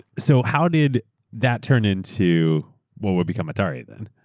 so how did that turn into what will become atari then?